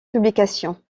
publications